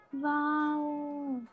Wow